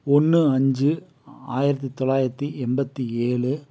ஒன்று அஞ்சு ஆயிரத்தி தொள்ளாயித்தி எண்பத்தி ஏழு